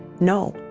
no.